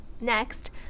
Next